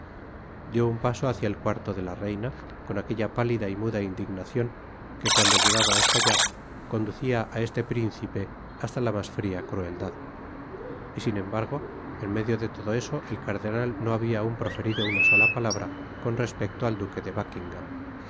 dió un paso hacia el cuarto de la reina con aquella pálida y muda indignacion que cuando llegaba á estallar conducia á este principe hasta la mas fria crueldad y sin embargo en medio de todo eso el cardenat no habia aun proferido una sola palabra con respecto al duque de buckingam